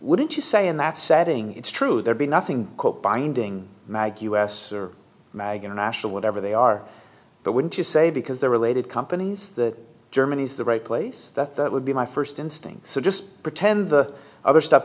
wouldn't you say in that setting it's true there'd be nothing quite binding mag us mag anational whatever they are but wouldn't you say because they're related companies that germany is the right place that that would be my first instinct so just pretend the other stuff